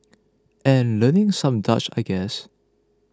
and learning some Dutch I guess